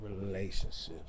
relationships